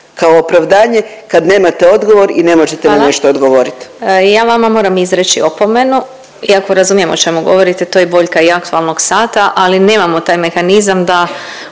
kao opravdanje kad nemate odgovor i ne možete mi ništa odgovoriti. **Glasovac, Sabina (SDP)** Ja vama moram izreći opomenu iako razumijem o čemu govorite. To je boljka i aktualnog sata, ali nemamo taj mehanizam da